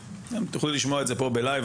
תוכלו לשמוע את זה פה בלייב.